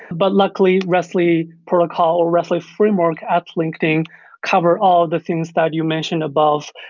but luckily rest li protocol or rest li framework at linkedin cover all the things that you mentioned above,